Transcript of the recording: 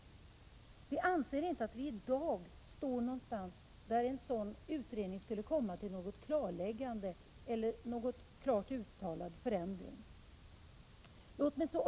Vi anser inte att vi i dag befinner oss i ett läge där en sådan utredning skulle kunna komma fram till något klarläggande eller någon klart uttalad förändring.